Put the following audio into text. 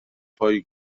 پایه